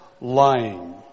lying